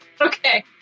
Okay